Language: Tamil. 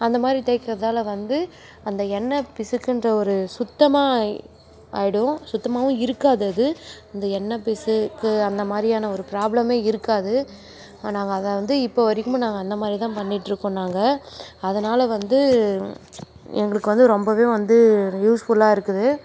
அந்த மாதிரி தேய்கிறதால் வந்து அந்த எண்ணெய் பிசுக்குகிற ஒரு சுத்தமாக ஆகி ஆகிடும் சுத்தமாகவும் இருக்காது அது அந்த எண்ணெய் பிசுக்கு அந்த மாதிரியான ஒரு ப்ராப்ளமே இருக்காது நாங்கள் அதை வந்து இப்போ வரைக்குமும் நாங்கள் அந்த மாதிரி தான் பண்ணிகிட்ருக்கோம் நாங்கள் அதனால் வந்து எங்களுக்கு வந்து ரொம்பவே வந்து யூஸ்ஃபுல்லாக இருக்குது